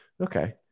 okay